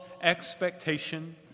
expectation